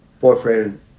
boyfriend